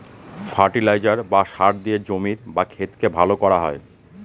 fertiliser বা সার দিয়ে জমির বা ক্ষেতকে ভালো করা হয়